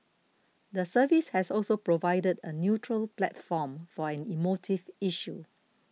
the service has also provided a neutral platform for an emotive issue